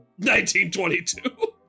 1922